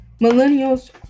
millennials